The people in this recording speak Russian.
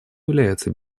является